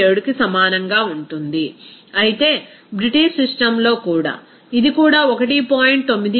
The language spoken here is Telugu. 987కి సమానంగా ఉంటుంది అయితే బ్రిటిష్ సిస్టమ్లో ఇది కూడా ఈ 1